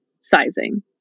sizing